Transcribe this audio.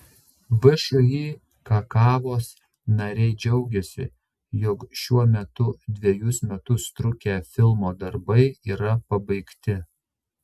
všį kakavos nariai džiaugiasi jog šiuo metu dvejus metus trukę filmo darbai yra pabaigti